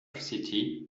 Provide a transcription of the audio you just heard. city